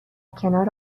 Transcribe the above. کنار